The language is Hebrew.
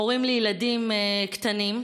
הורים לילדים קטנים,